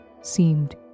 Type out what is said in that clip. seemed